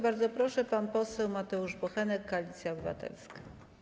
Bardzo proszę, pan poseł Mateusz Bochenek, Koalicja Obywatelska.